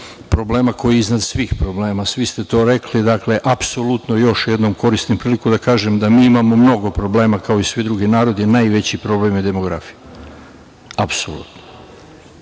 problema koji je iznad svih problema, svi ste to rekli. Apsolutno, još jednom koristim priliku da kažem, da mi imamo mnogo problema, kao i svi drugi narodi, a najveći problem je demografija, apsolutno. Neko